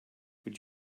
would